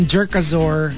Jerkazor